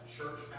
church